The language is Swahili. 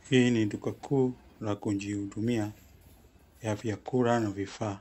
Hii ni duka kuu la kujihudumia ya vyakula na vifaa.